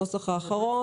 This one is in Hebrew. את הנוסח האחרון,